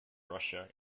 russia